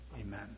Amen